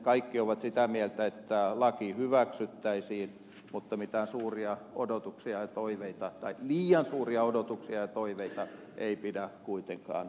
kaikki ovat sitä mieltä että laki hyväksyttäisiin mutta mitään suuria odotuksia ja toiveita tai liian suuria odotuksia ja toiveita ei pidä kuitenkaan asettaa